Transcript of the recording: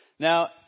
Now